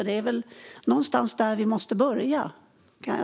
Det är väl någonstans där man måste börja.